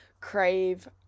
crave